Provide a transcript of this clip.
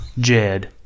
Jed